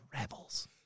Rebels